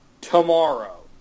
tomorrow